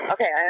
Okay